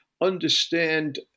understand